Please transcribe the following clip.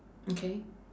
okay